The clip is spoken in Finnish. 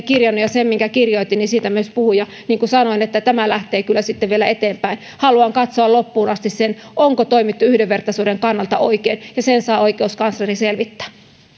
kirjannut ja siitä minkä kirjoitin myös puhun ja niin kuin sanoin tämä lähtee kyllä sitten vielä eteenpäin haluan katsoa loppuun asti sen onko toimittu yhdenvertaisuuden kannalta oikein ja sen saa oikeuskansleri selvittää